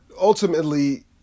ultimately